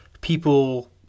people